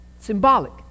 Symbolic